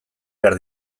behar